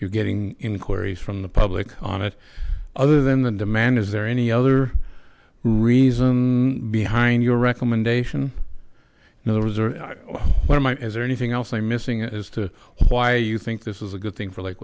you're getting inquiries from the public on it other than the demand is there any other reason behind your recommendation in other words what am i is there anything else i'm missing it as to why you think this is a good thing for like